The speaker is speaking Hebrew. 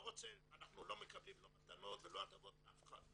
אנחנו לא מקבלים לא מתנות ולא הטבות מאף אחד,